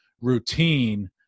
routine